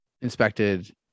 inspected